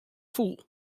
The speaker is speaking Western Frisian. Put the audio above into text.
foel